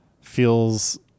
feels